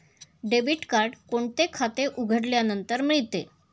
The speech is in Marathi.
डेबिट कार्ड कोणते खाते उघडल्यानंतर मिळते?